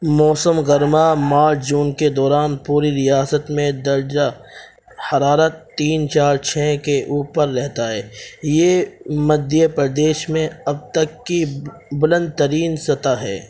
موسم گرمی March June کے دوران پوری ریاست میں درجہ حرارت تین چار چھ کے اوپر رہتا ہے یہ مدھیہ پردیش میں اب تک کی بلند ترین سطح ہے